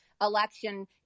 election